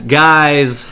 guys